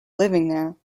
living